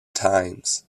times